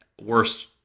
worst